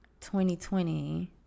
2020